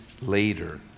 later